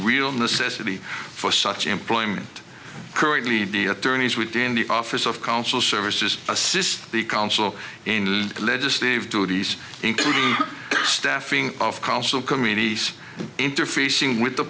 real necessity for such employment currently be attorneys with in the office of council services assist the council in legislative duties including staffing of council communities interfacing with the